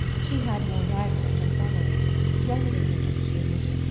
she had more rivals than formerly younger women, she admitted,